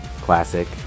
Classic